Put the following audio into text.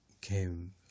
came